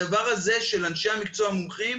הדבר הזה של אנשי מקצוע מומחים,